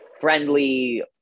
Friendly